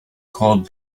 called